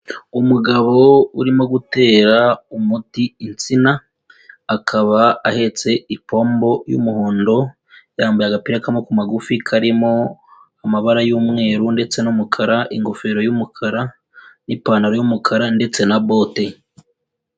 Umugabo urimo gutera umuti intsina akaba ahetse ipombo y'umuhondo, yambaye agapira k'amaboko magufi karimo amabara y'umweru ndetse n'umukara, ingofero y'umukara n'ipantaro y'umukara ndetse na bote.